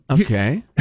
Okay